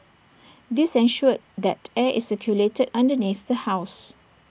this ensured that air is circulated underneath the house